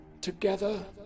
together